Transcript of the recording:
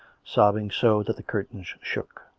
sobbing so that the curtains shook.